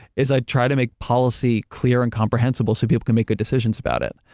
is i try to make policy clear and comprehensible so people can make good decisions about it.